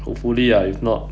hopefully ah if not